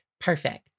Perfect